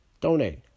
Donate